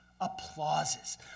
applauses